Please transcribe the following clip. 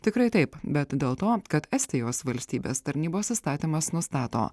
tikrai taip bet dėl to kad estijos valstybės tarnybos įstatymas nustato